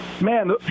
man